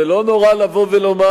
זה לא נורא לבוא ולומר,